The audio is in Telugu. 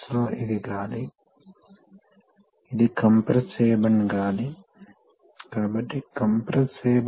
కాబట్టి ఇది మార్గంఇది ప్రెజర్ రిలీఫ్ వాల్వ్ యొక్క ఆపరేషన్ ఇప్పుడు కొన్నిసార్లు మీరు ఈ రిలీఫ్ వాల్వ్ లను ఉపయోగించి వివిధ రీతుల్లో ఆపరేట్ చేయాలి